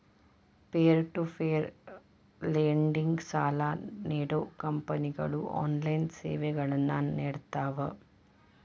peer to peer lending ಸಾಲಾ ನೇಡೋ ಕಂಪನಿಗಳು ಆನ್ಲೈನ್ ಸೇವೆಗಳನ್ನ ನೇಡ್ತಾವ